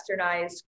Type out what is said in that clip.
westernized